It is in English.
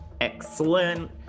Excellent